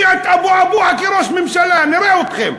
אני אביא כאבו אבוהה, כראש ממשלה, נראה אתכם.